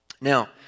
Now